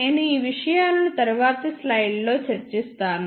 నేను ఈ విషయాలను తరువాత స్లైడ్లలో చర్చిస్తాను